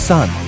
Son